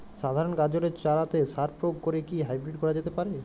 সাধারণ গাজরের চারাতে সার প্রয়োগ করে কি হাইব্রীড করা যেতে পারে?